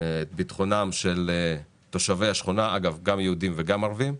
את ביטחונם של תושבי השכונה, גם יהודים וגם ערבים.